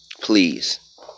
please